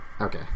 Okay